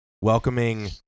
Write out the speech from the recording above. welcoming